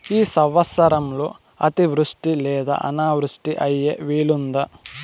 ఈ సంవత్సరంలో అతివృష్టి లేదా అనావృష్టి అయ్యే వీలుందా?